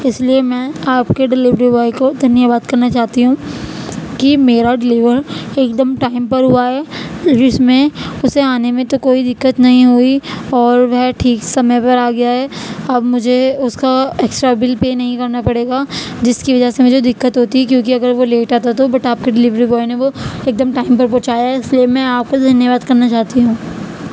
اس لیے میں آپ کے ڈیلیوری بوائے کو دھنیہ واد کرنا چاہتی ہوں کہ میرا ڈیلیور ایک دم ٹائم پر ہوا ہے جس میں اسے آنے میں تو کوئی دقت نہیں ہوئی اور وہ ٹھیک سمے پر آ گیا ہے اب مجھے اس کا ایکسٹرا بل پے نہیں کرنا پڑے گا جس کی وجہ سے مجھے دقت ہوتی کیونکہ اگر وہ لیٹ آتا تو بٹ آپ کے ڈیلیوری بوائے نے وہ ایک دم ٹائم پر پہنچایا ہے اسی لیے میں آپ کا دھنیہ واد کرنا چاہتی ہوں